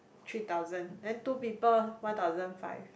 three thousand then two people one thousand five